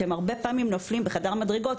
שהרבה פעמים נופלים בחדר מדרגות,